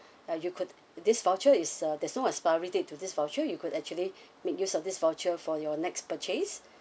uh you could this voucher is uh there's no expiry date to this voucher you could actually make use of this voucher for your next purchase